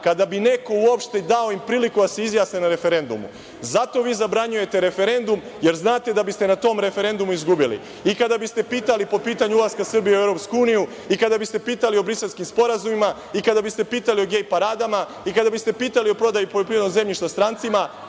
kada bi im neko uopšte i dao priliku da se izjasne na referendumu. Zato vi zabranjujete referendum, jer znate da biste na tom referendumu izgubili. Kada biste pitali po pitanju ulaska Srbije u EU, i kada biste pitali o briselskim sporazumima, i kada biste pitali o gej paradama, i kada biste pitali o prodaji poljoprivrednog zemljišta strancima,